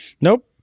nope